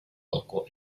local